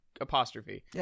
Apostrophe